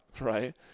right